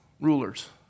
rulers